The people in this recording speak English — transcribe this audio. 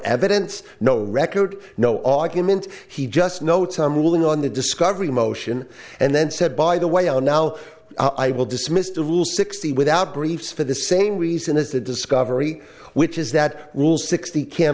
evidence no record no argument he just notes i'm ruling on the discovery motion and then said by the way oh now i will dismiss the rule sixty without briefs for the same reason as the discovery which is that rules sixty can